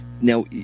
now